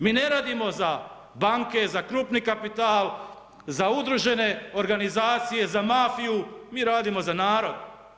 Mi ne radimo za banke za krupni kapital, za udružene organizacije, za mafiju, mi radimo za narod.